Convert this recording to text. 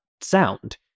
sound